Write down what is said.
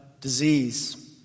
disease